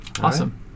awesome